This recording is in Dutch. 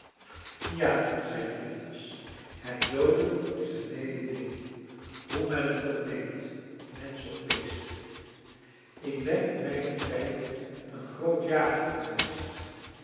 ja zeide phineas het dooden is een leelijk ding hoe men het ook neemt mensch of beest ik ben in mijnen tijd een groot jager geweest